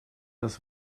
das